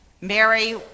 Mary